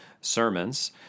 sermons